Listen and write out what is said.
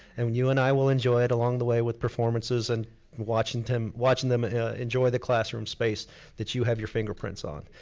and you and i will enjoy it along the way, with performances and watching them watching them enjoy the classroom space that you have your fingerprints on.